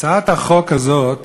בהצעת החוק הזאת